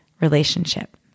relationship